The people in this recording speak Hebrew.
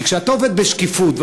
כשאתה עובד בשקיפות,